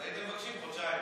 אז הייתם מבקשים חודשיים.